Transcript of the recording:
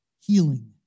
healing